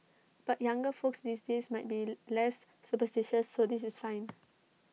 but younger folks these days might be less superstitious so this is fine